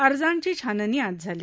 अर्जांची छाननी आज झाली